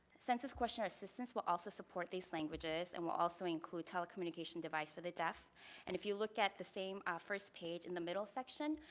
census question assistance will also support these languages and will also include telecommunication devices for the deaf and if you look at the same ah first page in the middle section,